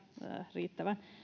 riittävän